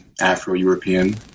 Afro-European